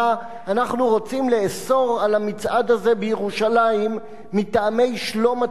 אנחנו רוצים לאסור את המצעד הזה בירושלים מטעמי שלום הציבור,